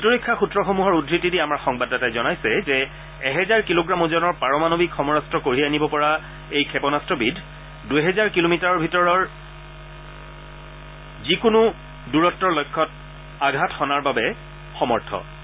প্ৰতিৰক্ষা সূত্ৰসমূহৰ উদ্ধৃতি দি আমাৰ সংবাদদাতাই জনাইছে যে এহেজাৰ কিলোগ্ৰাম ওজনৰ পাৰমাণৱিক সমৰট্ট কঢ়িয়াই নিব পৰা এই ক্ষেপণাস্ত্ৰবিধ দুহেজাৰ কিলোমিটাৰৰ ভিতৰৰ যিকোনো দূৰত্বৰ লক্ষ্যত আঘাত হনাৰ সামৰ্থ আছে